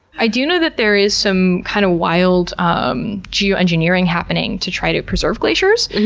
i do know that there is some, kind of, wild um geoengineering happening to try to preserve glaciers.